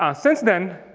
um since then,